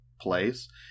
place